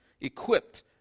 equipped